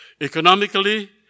Economically